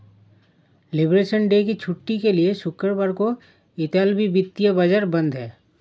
liberation day की छुट्टी के लिए शुक्रवार को इतालवी वित्तीय बाजार बंद हैं